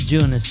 June